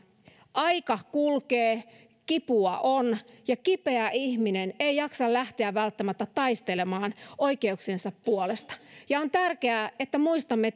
aika kulkee kipua on ja kipeä ihminen ei välttämättä jaksa lähteä taistelemaan oikeuksiensa puolesta on tärkeää että muistamme